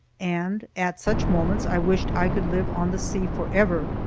and at such moments i wished i could live on the sea forever,